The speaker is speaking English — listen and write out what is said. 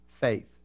faith